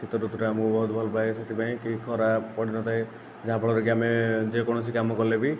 ଶୀତ ଋତୁଟା ମୁଁ ବହୁତ ଭଲପାଏ ସେଥିପାଇଁ କି ଖରା ପଡ଼ିନଥାଏ ଯାହାଫଳରେ କି ଆମେ ଯେକୌଣସି କାମ କଲେ ବି